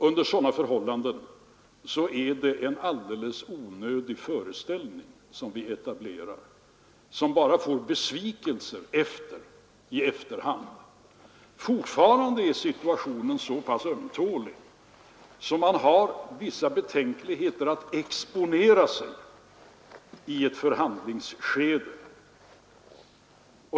Under sådana förhållanden är det en alldeles onödig föreställning, som bara resulterar i besvikelse. Situationen är fortfarande så ömtålig att man har vissa betänkligheter mot att exponera sig i ett förhandlingsskede.